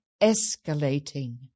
escalating